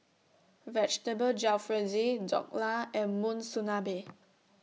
Vegetable Jalfrezi Dhokla and Monsunabe